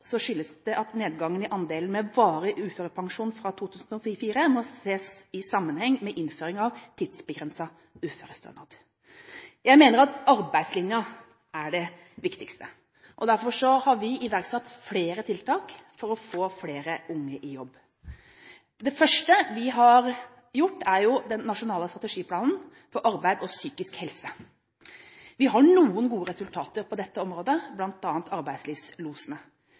skyldes det at nedgangen i andelen med varig uførepensjon fra 2004 må ses i sammenheng med innføringen av tidsbegrenset uførestønad. Jeg mener at arbeidslinja er det viktigste. Derfor har vi iverksatt flere tiltak for å få flere unge i jobb. Det første vi har gjort, er å fremme den nasjonale strategiplanen for arbeid og psykisk helse. Vi har noen gode resultater på dette området,